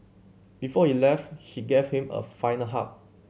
before he left she gave him a final hug